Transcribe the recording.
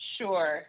Sure